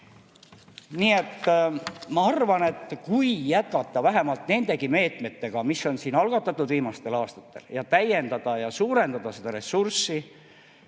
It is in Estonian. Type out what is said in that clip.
Nii et ma arvan, et kui jätkata vähemalt nendegi meetmetega, mis on algatatud viimastel aastatel, ja täiendada ja suurendada seda ressurssi,